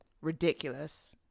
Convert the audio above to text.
ridiculous